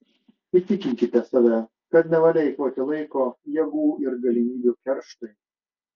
įtikinkite save kad nevalia eikvoti laiko jėgų ir galimybių kerštui